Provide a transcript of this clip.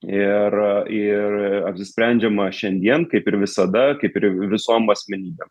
ir ir apsisprendžiama šiandien kaip ir visada kaip ir visom asmenybėm